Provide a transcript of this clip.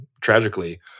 tragically